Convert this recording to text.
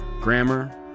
grammar